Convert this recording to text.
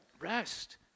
Rest